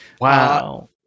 Wow